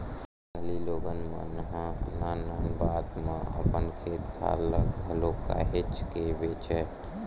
पहिली लोगन मन ह नान नान बात म अपन खेत खार ल घलो काहेच के बेंचय